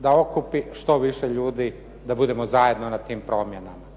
da okupi što više ljudi da budemo zajedno na tim promjenama.